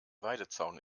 weidezaun